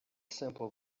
simple